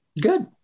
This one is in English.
Good